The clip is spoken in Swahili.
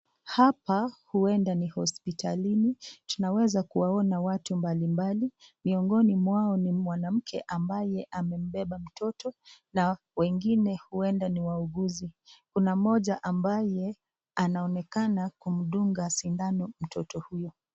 Hapa huenda ni hospitalini, tunaweza kuwaona watu mbali mbali, miongini mwao ni mwanamke ambaye amembeba mtoto na wengine huenda ni wauguzi. Kuna mmoja ambaye anaonekana kumdunga sindano mtoto huyo.